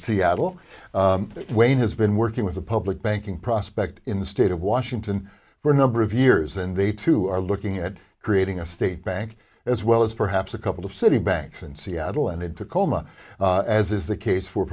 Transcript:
seattle wayne has been working with a public banking prospect in the state of washington for a number of years and they too are looking at creating a state bank as well as perhaps a couple of city banks in seattle and tacoma as is the case for